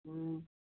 हाँ